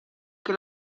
che